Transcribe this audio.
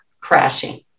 crashing